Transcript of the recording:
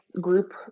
group